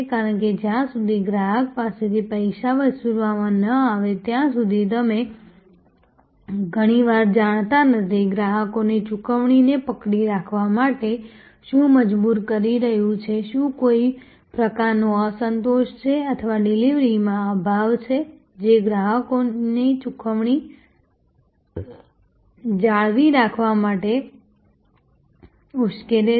કારણ કે જ્યાં સુધી ગ્રાહક પાસેથી પૈસા વસૂલવામાં ન આવે ત્યાં સુધી તમે ઘણીવાર જાણતા નથી ગ્રાહકને ચૂકવણીને પકડી રાખવા માટે શું મજબૂર કરી રહ્યું છે શું કોઈ પ્રકારનો અસંતોષ છે અથવા ડિલિવરીમાં અભાવ છે જે ગ્રાહકને ચુકવણી જાળવી રાખવા માટે ઉશ્કેરે છે